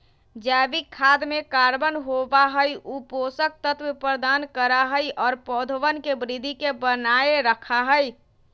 जैविक खाद में कार्बन होबा हई ऊ पोषक तत्व प्रदान करा हई और पौधवन के वृद्धि के बनाए रखा हई